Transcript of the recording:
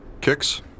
Kicks